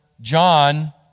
John